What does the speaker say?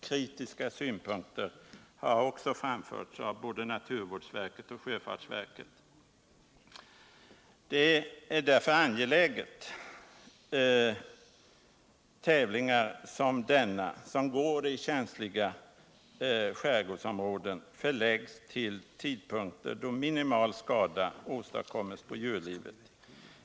Kritiska synpunkter har också framförts av både naturvårdsverket och sjöfartsverket. | Nr 157 Det är därför angeläget att tävlingar som denna, som går i känsliga Tisdagen den skärgårdsområden, förläggs till tidpunkter då minimal skada åstadkommes 30 maj 1978 på djurlivet.